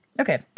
Okay